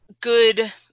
good